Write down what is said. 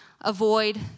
avoid